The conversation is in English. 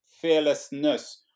fearlessness